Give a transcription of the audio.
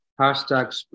hashtags